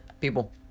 People